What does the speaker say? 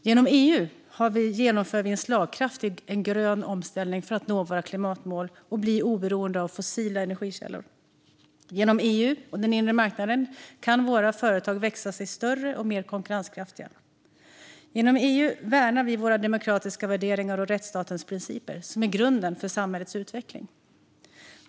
Genom EU genomför vi slagkraftigt en grön omställning för att nå våra klimatmål och bli oberoende av fossila energikällor. Genom EU och den inre marknaden kan våra företag växa sig större och mer konkurrenskraftiga. Genom EU värnar vi våra demokratiska värderingar och rättsstatens principer, som är grunden för samhällets utveckling.